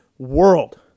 world